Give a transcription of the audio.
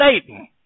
Satan